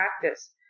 practice